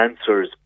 answers